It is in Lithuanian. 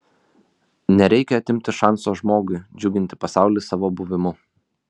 nereikia atimti šanso žmogui džiuginti pasaulį savo buvimu